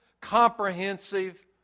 comprehensive